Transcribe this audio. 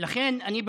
לכן אני,